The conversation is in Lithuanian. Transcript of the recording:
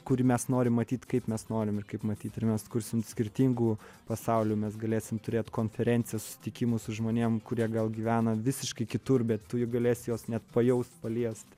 kurį mes norim matyt kaip mes norim ir kaip matyt ir mes kursim skirtingų pasaulių mes galėsim turėi konferencijas susitikimus su žmonėm kurie gal gyvena visiškai kitur bet tu juk galėsi juos net pajaust paliest